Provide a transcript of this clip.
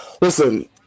Listen